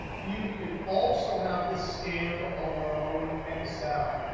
you can also have the stand alone excel.